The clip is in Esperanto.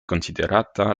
konsiderata